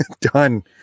done